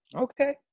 Okay